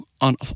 on